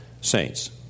saints